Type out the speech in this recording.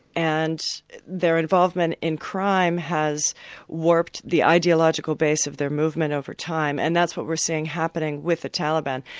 and their involvement in crime has warped the ideological base of their movement over time, and that's what we're seeing happening with the taliban.